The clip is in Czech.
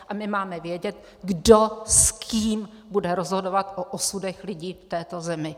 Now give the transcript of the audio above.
A my máme vědět, kdo s kým bude rozhodovat o osudech lidí v této zemi.